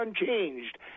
unchanged